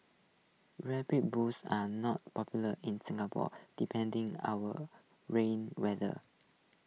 rubber boots are not popular in Singapore depending our rainy weather